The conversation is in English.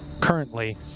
currently